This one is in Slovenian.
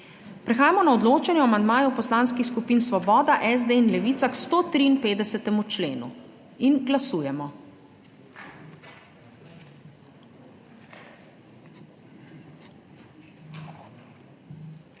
Prehajamo na odločanje o amandmaju Poslanskih skupin Svoboda, SD in Levica k 153. členu. Glasujemo.